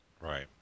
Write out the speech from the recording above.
Right